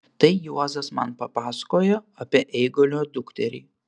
tai juozas man papasakojo apie eigulio dukterį